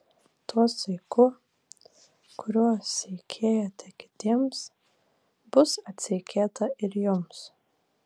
tuo saiku kuriuo seikėjate kitiems bus atseikėta ir jums